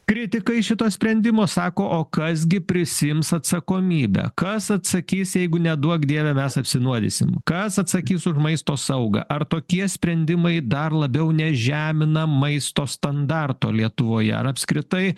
kritikai šito sprendimo sako o kas gi prisiims atsakomybę kas atsakys jeigu neduok dieve mes apsinuodysim kas atsakys už maisto saugą ar tokie sprendimai dar labiau nežemina maisto standarto lietuvoje ar apskritai